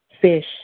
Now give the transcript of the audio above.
fish